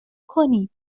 کنید